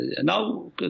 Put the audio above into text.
Now